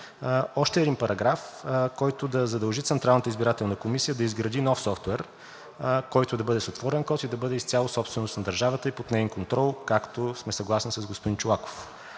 Още един параграф, който да задължи Централната избирателна комисия да изгради нов софтуер, който да бъде с отворен код и да бъде изцяло собственост на държавата и под неин контрол, както сме съгласни с господин Чолаков.